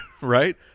right